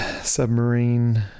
submarine